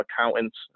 accountants